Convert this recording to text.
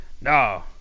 no